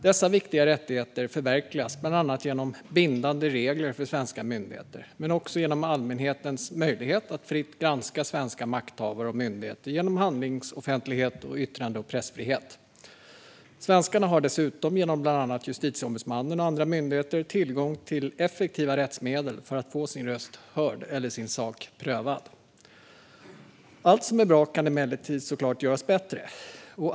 Dessa viktiga rättigheter förverkligas bland annat genom bindande regler för svenska myndigheter men också genom allmänhetens möjlighet att fritt granska svenska makthavare och myndigheter genom handlingsoffentlighet och yttrande och pressfrihet. Svenskarna har dessutom genom bland annat Justitieombudsmannen och andra myndigheter tillgång till effektiva rättsmedel för att få sin röst hörd eller sin sak prövad. Allt som är bra kan emellertid såklart göras bättre.